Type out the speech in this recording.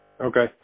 Okay